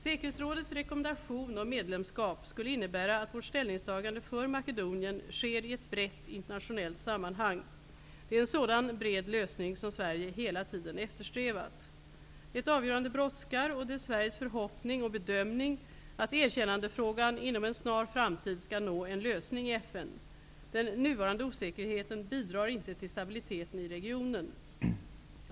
Säkerhetsrådets rekommendation om medlemskap skulle innebära att vårt ställningstagande för Makedonien sker i ett brett internationellt sammanhang. Det är en sådan bred lösning som Sverige hela tiden har eftersträvat. Ett avgörande brådskar, och det är Sveriges förhoppning och bedömning att erkännandefrågan inom en snar framtid skall nå en lösning i FN. Den nuvarande osäkerheten bidrar inte till stabiliteten i regionen.